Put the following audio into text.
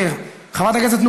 חבר הכנסת סאלח סעד,